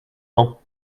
ans